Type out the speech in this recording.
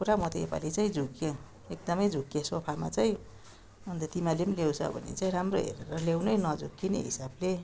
पुरा म त योपाली चाहिँ झुक्किए एकदमै झुक्किए सोफामा चाहिँ अन्त तिमीहरूले ल्याउँछ भने चाहिँ राम्रो हेरेर ल्याउनु है नझुक्किने हिसाबले